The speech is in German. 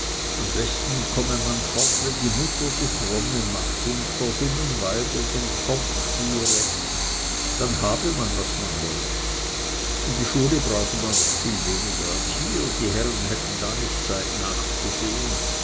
am besten komme man fort wenn die mutter die fromme mache und vor dummen weibern den kopf chiere dann habe man was man wolle in die schule brauche man noch viel weniger als hier die herren hätten da nicht der zeit nachzusehen